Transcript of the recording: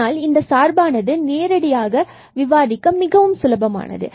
ஆனால் இந்த சார்பானது நேரடியாக விவாதிக்க மிகவும் சுலபமானது